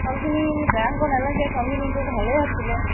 চাউলখিনি বেয়া হ'ব নালাগে চাউলখিনিটো ভালে আছিলে